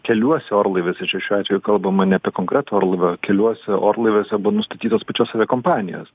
keliuose orlaiviuose čia šiuo atveju kalbama ne apie konkretų orlaivio keliuose orlaiviuose buvo nustatytos pačios aviakompanijos